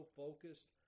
focused